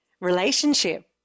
Relationship